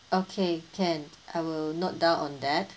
okay can I will note down on that